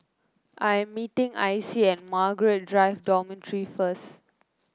I'm meeting Icie at Margaret Drive Dormitory first